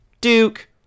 Duke